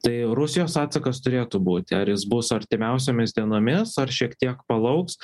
tai rusijos atsakas turėtų būti ar jis bus artimiausiomis dienomis ar šiek tiek palauks